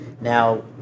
Now